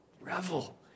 revel